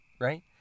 right